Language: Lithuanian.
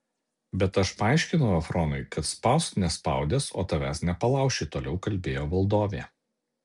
bet aš paaiškinau efronui kad spausk nespaudęs o tavęs nepalauši toliau kalbėjo valdovė